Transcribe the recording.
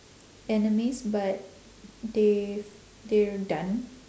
animes but they they're done